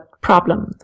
problem